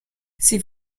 sie